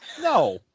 no